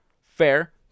Fair